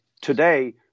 Today